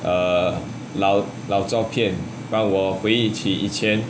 err 老老照片让我回忆起以前:lao lao zhao pian rang wo hui yi qi yi qianan